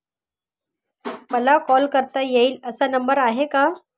मला कॉल करता येईल असा नंबर आहे का?